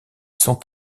sont